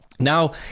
Now